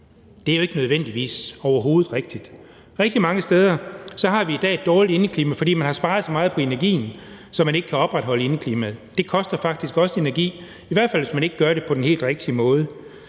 Det er jo ikke nødvendigvis rigtigt overhovedet. Rigtig mange steder har vi i dag et dårligt indeklima, fordi man har sparet så meget på energien, at man ikke kan opretholde indeklimaet. Det koster faktisk også energi, i hvert fald hvis man ikke gør det på den helt rigtige måde.